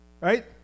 Right